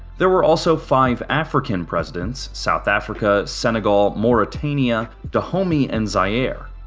there were also five african presidents south africa, senegal, mauritania, dahomey and zaire.